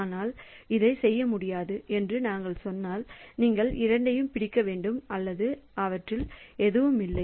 உங்களால் இதை செய்ய முடியாது என்று நாங்கள் சொன்னால் நீங்கள் இரண்டையும் பிடிக்க வேண்டும் அல்லது அவற்றில் எதுவுமில்லை